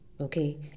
Okay